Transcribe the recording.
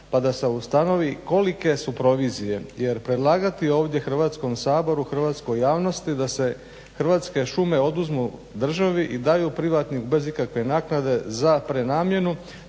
pa da se ustanovi kolike su provizije. Jer predlagati ovdje Hrvatskog saboru, hrvatskoj javnosti da se hrvatske šume oduzmu državi i daju privatnim bez ikakve naknade za prenamjenu,